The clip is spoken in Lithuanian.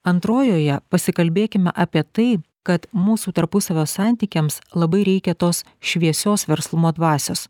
antrojoje pasikalbėkime apie tai kad mūsų tarpusavio santykiams labai reikia tos šviesios verslumo dvasios